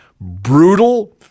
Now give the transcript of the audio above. Brutal